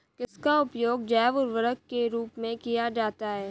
किसका उपयोग जैव उर्वरक के रूप में किया जाता है?